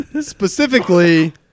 Specifically